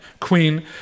Queen